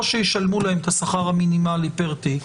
או שישלמו להם את השכר המינימלי פר תיק